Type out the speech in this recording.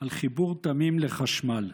על חיבור תמים לחשמל.